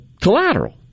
collateral